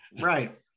Right